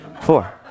Four